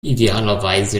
idealerweise